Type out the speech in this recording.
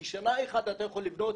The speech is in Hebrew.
כי שנה אחת אתה יכול לבנות